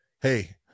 hey